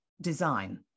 design